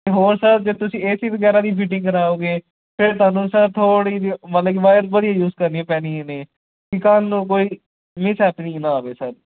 ਅਤੇ ਹੋਰ ਸਰ ਜੇ ਤੁਸੀਂ ਏ ਸੀ ਵਗੈਰਾ ਦੀ ਫਿਟਿੰਗ ਕਰਾਓਗੇ ਫਿਰ ਤੁਹਾਨੂੰ ਸਰ ਥੋੜ੍ਹੀ ਜਿਹੀ ਮਤਲਬ ਕਿ ਵਾਇਰ ਵਧੀਆ ਯੂਜ ਕਰਨੀ ਪੈਣੀ ਨੇ ਕਿ ਕੱਲ੍ਹ ਨੂੰ ਕੋਈ ਮਿਸਹੈਪਨਿੰਗ ਨਾ ਹੋਵੇ ਸਰ